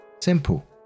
Simple